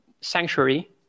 sanctuary